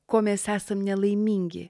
ko mes esam nelaimingi